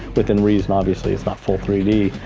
within reason, obviously, it's not full three d.